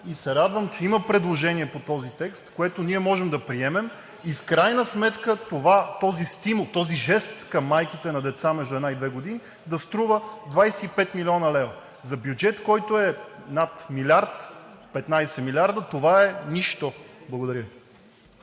и се радвам, че има предложение по този текст, което ние можем да приемем, и в крайна сметка този стимул, този жест към майките на деца между една и две години да струва 25 млн. лв. За бюджет, който е над 1 млрд. лв. – 15 милиарда, това е нищо! Благодаря